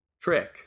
trick